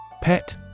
Pet